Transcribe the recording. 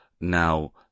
now